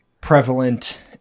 prevalent